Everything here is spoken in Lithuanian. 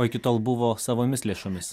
o iki tol buvo savomis lėšomis